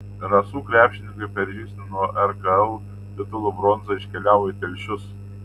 rasų krepšininkai per žingsnį nuo rkl titulo bronza iškeliavo į telšius